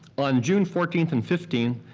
on june fourteenth and fifteen,